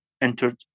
entered